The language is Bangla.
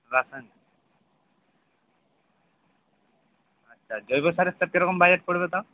রাসায়নিক আচ্ছা জৈব সারের স্যার কীরকম বাজেট পড়বে তাও